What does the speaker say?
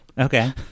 Okay